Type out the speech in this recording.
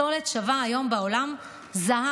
הפסולת שווה היום בעולם זהב,